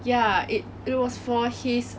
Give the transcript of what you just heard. ya it it was for his